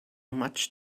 much